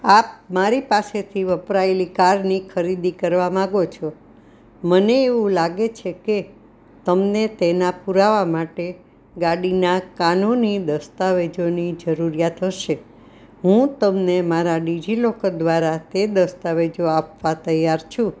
આપ મારી પાસેથી વપરાયેલી કારની ખરીદી કરવા માગો છો મને એવું લાગે છે કે તમને તેના પુરાવા માટે ગાડીના કાનૂની દસ્તાવેજોની જરૂરિયાત હશે હું તમને મારા ડિઝિલોકર દ્વારા તે દસ્તાવેજો આપવા તૈયાર છું